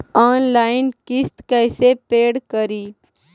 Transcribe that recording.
Online किस्त कैसे paid करि?